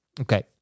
Okay